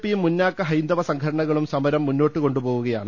P യും മുന്നാക്ക ഹൈന്ദവ സംഘടനകളും സമരം മുന്നോട്ട് കൊണ്ടു പോകുകയാണ്